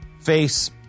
face